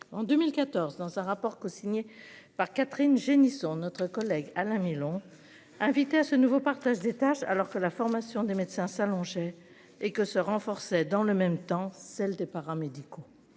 en 2014 dans un rapport co-signé par Catherine Génisson notre collègue Alain Milon. Invité à ce nouveau partage des tâches. Alors que la formation des médecins s'allonger et que se renforçaient dans le même temps, celle des paramédicaux.